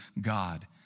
God